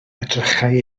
edrychai